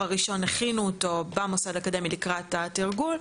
הראשון הכינו אותו במוסד האקדמי לקראת התרגול,